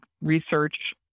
research